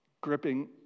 gripping